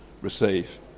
Receive